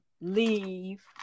leave